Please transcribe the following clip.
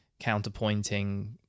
counterpointing